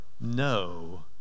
no